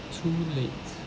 too late